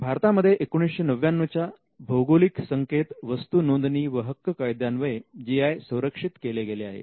भारतामध्ये 1999 च्या भौगोलिक संकेत वस्तू नोंदणी व हक्क कायद्यान्वये जी आय संरक्षित केले गेले आहे